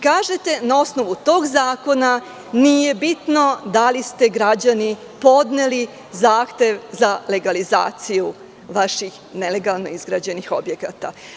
Kažete da na osnovu tog zakona nije bitno da li ste, građani, podneli zahtev za legalizaciju vaših nelegalno izgrađenih objekata.